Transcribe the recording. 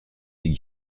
des